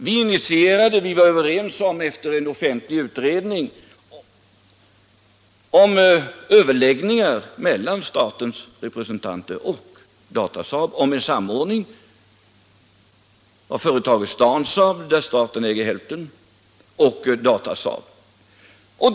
Vi initierade överläggningar mellan representanter för staten och Datasaab och blev efter en offentlig utredning överens om en samordning av företaget Stansaab, där staten äger hälften, och Datasaab.